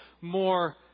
more